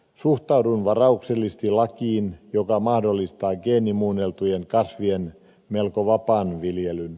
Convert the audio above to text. suhtaudun varauksellisesti lakiin joka mahdollistaa geenimuunneltujen kasvien melko vapaan viljelyn